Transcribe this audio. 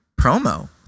promo